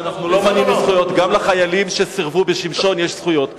גם לחיילים שסירבו בשמשון יש זכויות.